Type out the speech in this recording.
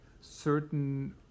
certain